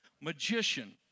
magician